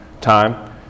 time